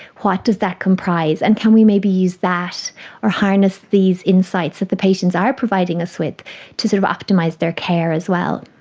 what does that comprise, and can we maybe use that or harness these insights that the patients are providing us with to sort of optimise their care as well?